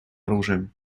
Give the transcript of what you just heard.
оружием